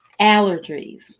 allergies